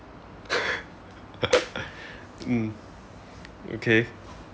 mm okay